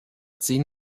zehn